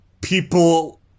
people